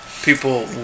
people